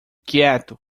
quieto